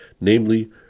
namely